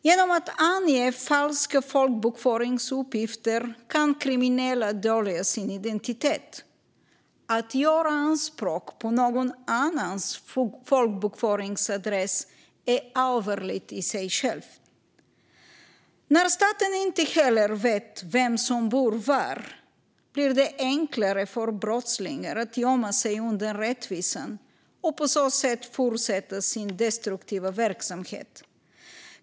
Genom att ange falska folkbokföringsuppgifter kan kriminella dölja sin identitet. Att göra anspråk på någon annans folkbokföringsadress är allvarligt i sig självt. När staten inte heller vet vem som bor var blir det enklare för brottslingar att gömma sig undan rättvisan och på så sätt fortsätta sin destruktiva verksamhet.